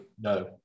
No